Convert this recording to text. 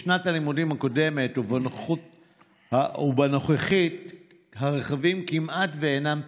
בשנת הלימודים הקודמת ובנוכחית הרכבים כמעט אינם פעילים,